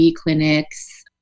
clinics